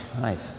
right